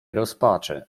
rozpaczy